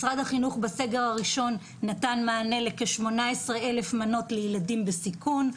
משרד החינוך בסגר הראשון נתן מענה לכ-18,000 מנות לילדים בסיכון.